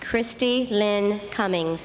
christie lynn cumming